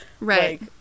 Right